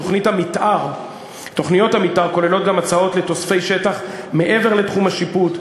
תוכניות המתאר כוללות גם הצעות לתוספי שטח מעבר לתחום השיפוט,